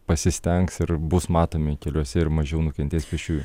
pasistengs ir bus matomi keliuose ir mažiau nukentės pėsčiųjų